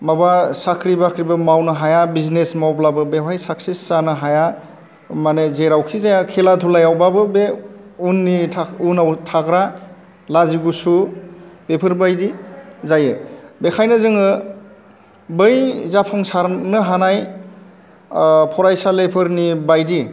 माबा साख्रि बाख्रिबो मावनो हाया बिजिनेस मावब्लाबो बेवहाय साकसेस जानो हाया मानि जेरावखि जाया खेला दुलायावबाबो बे उननि थाख उनाव थाग्रा लाजिगुसु बेफोरबायदि जायो बेखायनो जोङो बै जाफुंसारनो हानाय फरासालिफोरनि बायदि